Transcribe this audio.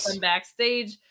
backstage